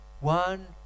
one